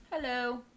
hello